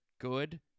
good